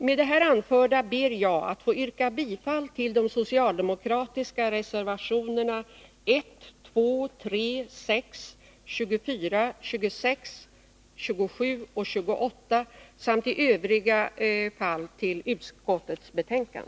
Med det anförda ber jag att få yrka bifall till de socialdemokratiska reservationerna 1, 2, 3, 6, 24, 26, 27 och 28 samt i övrigt till utskottets hemställan.